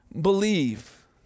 believe